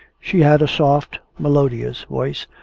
she had a soft, melodious voice,